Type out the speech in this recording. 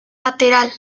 lateral